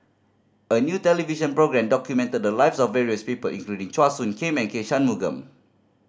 a new television documented the lives of various people including Chua Soo Khim and K Shanmugam